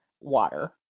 water